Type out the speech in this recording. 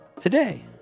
today